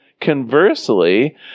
conversely